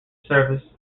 service